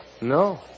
No